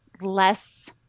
less